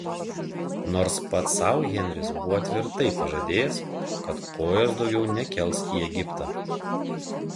nors pats sau henris buvo tvirtai pažadėjęs kad kojos daugiau nekels į egiptą